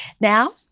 Now